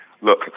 Look